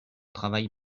travail